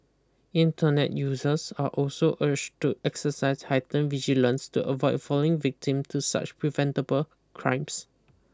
internet users are also urged to exercise heightened vigilance to avoid falling victim to such preventable crimes